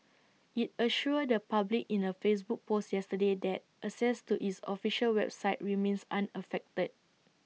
IT assured the public in A Facebook post yesterday that access to its official website remains unaffected